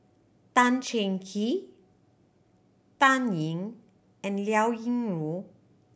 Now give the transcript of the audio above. Tan Cheng Kee Dan Ying and Liao Yingru